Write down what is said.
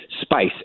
spice